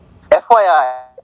FYI